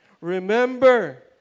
Remember